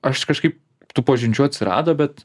aš kažkaip tų pažinčių atsirado bet